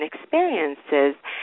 experiences